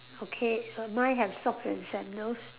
okay err mine have socks and sandals